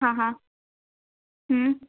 हा हा हम्म